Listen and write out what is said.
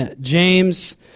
James